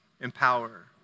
empower